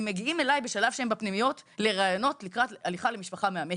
הם מגיעים אלי בשלב שהם בפנימיות לראיונות לקראת הליכה למשפחה מאמצת.